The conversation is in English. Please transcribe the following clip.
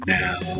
now